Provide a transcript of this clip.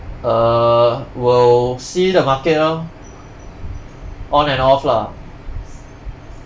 err will see the market lor on and off lah